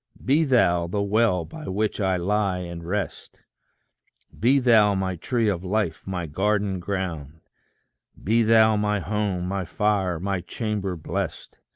be thou the well by which i lie and rest be thou my tree of life, my garden ground be thou my home, my fire, my chamber blest,